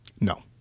No